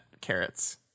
carrots